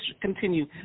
continue